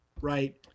right